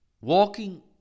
Walking